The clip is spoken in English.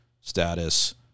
status